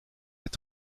est